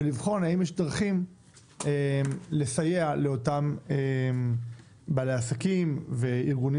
ולבחון האם יש דרכים לסייע לאותם בעלי עסקים וארגונים